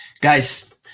Guys